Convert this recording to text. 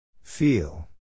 Feel